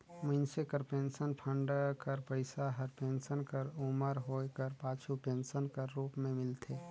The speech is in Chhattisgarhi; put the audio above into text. मइनसे कर पेंसन फंड कर पइसा हर पेंसन कर उमर होए कर पाछू पेंसन कर रूप में मिलथे